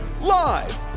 Live